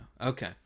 Okay